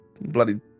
bloody